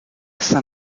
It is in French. saint